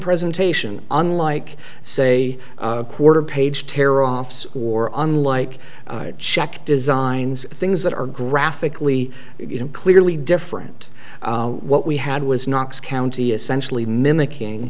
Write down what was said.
presentation unlike say a quarter page tear offs or unlike check designs things that are graphically clearly different what we had was knox county essentially mimicking